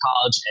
college